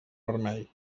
vermell